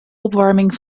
opwarming